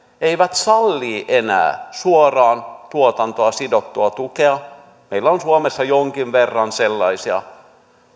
eivät salli enää suoraan tuotantoon sidottua tukea meillä on suomessa jonkin verran sellaisia